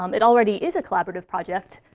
um it already is a collaborative project,